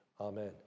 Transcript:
Amen